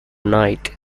night